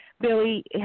Billy